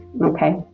Okay